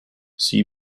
see